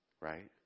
Right